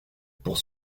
pour